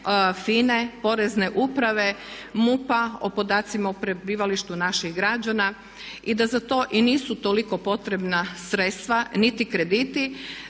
Porezne uprave, MUP-a o podacima o prebivalištu naših građana i da za to i nisu toliko potrebna sredstva niti krediti